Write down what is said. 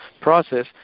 process